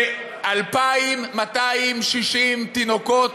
ל-2,260 תינוקות